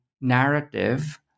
narrative